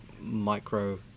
micro